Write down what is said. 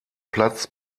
platz